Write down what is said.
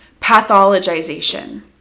pathologization